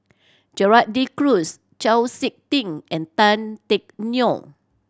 Gerald De Cruz Chau Sik Ting and Tan Teck Neo